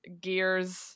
gears